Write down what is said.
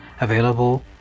available